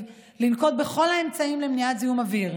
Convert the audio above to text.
לנקוט את כל האמצעים למניעת זיהום אוויר,